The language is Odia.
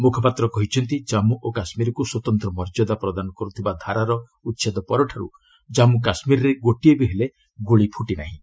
ମୁଖପାତ୍ର କହିଛନ୍ତି ଜନ୍ମୁ ଓ କାଶ୍ମୀରକୁ ସ୍ୱତନ୍ତ୍ର ମର୍ଯ୍ୟାଦା ପ୍ରଦାନ କରୁଥିବା ଧାରାର ଉଚ୍ଛେଦ ପରଠାରୁ ଜନ୍ମୁ କାଶ୍ମୀରରେ ଗୋଟିଏ ବି ହେଲେ ଗୁଳି ଫୁଟି ନାହିଁ